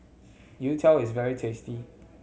youtiao is very tasty